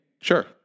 Sure